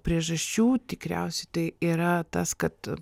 priežasčių tikriausiai tai yra tas kad